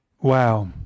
Wow